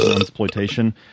exploitation